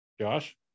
Josh